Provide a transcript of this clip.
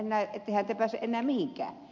ettehän te pääse enää mihinkään